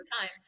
time